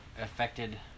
affected